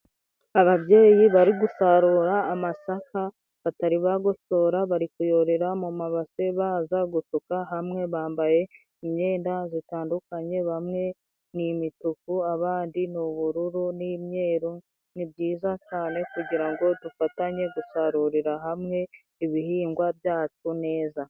Ababyeyi bari gusarura amasaka batari bagosora, bari kuyorera mu mumabase baza gutuka hamwe bambaye imyenda zitandukanye, hamwe nimituku abandi n'ubururu n'imweruru nibyiza cyane, kugirango dufatanye gusarurira hamwe, ibihingwa byacu neza.